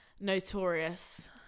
notorious